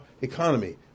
economy